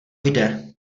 jde